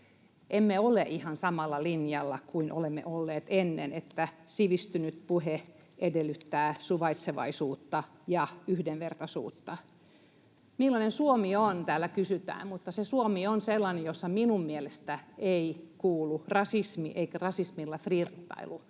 Emme ole ihan samalla linjalla kuin olemme olleet ennen, että sivistynyt puhe edellyttää suvaitsevaisuutta ja yhdenvertaisuutta. Millainen Suomi on, täällä kysytään. Se Suomi on sellainen, johon minun mielestäni ei kuulu rasismi eikä rasismilla flirttailu.